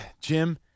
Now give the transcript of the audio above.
Jim